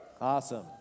Awesome